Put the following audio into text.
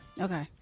Okay